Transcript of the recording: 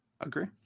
Agree